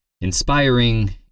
inspiring